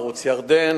ערוץ ירדן,